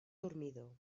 dormidor